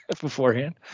beforehand